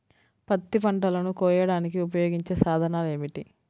పత్తి పంటలను కోయడానికి ఉపయోగించే సాధనాలు ఏమిటీ?